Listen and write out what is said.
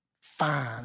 fine